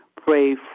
Pray